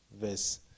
Verse